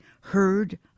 heard